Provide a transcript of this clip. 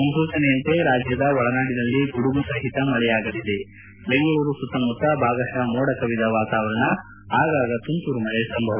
ಮುನ್ಸೂಚನೆಯಂತೆ ರಾಜ್ಯದ ಒಳನಾಡಿನಲ್ಲಿ ಗುಡುಗು ಸಹಿತ ಮಳೆಯಾಗಲಿದೆ ಬೆಂಗಳೂರು ಸುತ್ತಮುತ್ತ ಬಾಗಶಃ ಮೋಡ ಕವಿದ ವಾತಾವರಣ ಆಗಾಗ ತುಂತುರು ಮಳೆ ಸಂಭವ